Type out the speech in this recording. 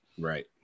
Right